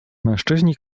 mężczyźni